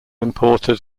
imported